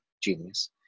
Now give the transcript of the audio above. genius